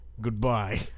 Goodbye